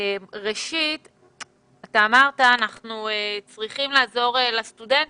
ראשית, אמרת: אנחנו צריכים לעזור לסטודנטים,